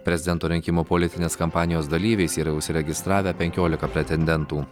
prezidento rinkimų politinės kampanijos dalyviais yra užsiregistravę penkiolika pretendentų